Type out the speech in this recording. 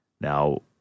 Now